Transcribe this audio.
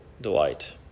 delight